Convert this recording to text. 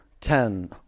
ten